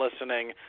listening